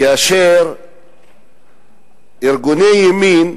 ארגוני ימין,